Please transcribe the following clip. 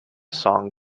song